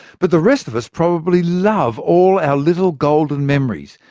but the rest of us probably love all our little golden memories,